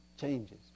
changes